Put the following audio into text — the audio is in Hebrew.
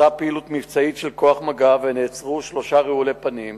בוצעה פעילות מבצעית של כוח מג"ב ונעצרו שלושה רעולי פנים